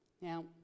now